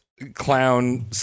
clown